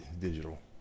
digital